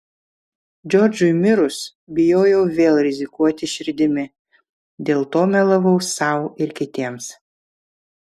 džordžui mirus bijojau vėl rizikuoti širdimi dėl to melavau sau ir kitiems